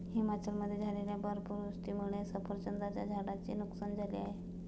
हिमाचलमध्ये झालेल्या बर्फवृष्टीमुळे सफरचंदाच्या झाडांचे नुकसान झाले आहे